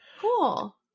Cool